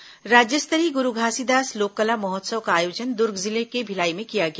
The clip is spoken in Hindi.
लोककला महोत्सव राज्य स्तरीय गुरू घासीदास लोककला महोत्सव का आयोजन दुर्ग जिले के भिलाई में किया गया